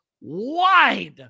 wide